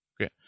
Okay